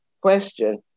question